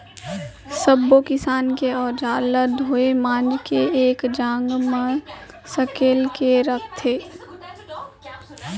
सब्बो किसानी के अउजार ल धोए मांज के एके जघा म सकेल के राखथे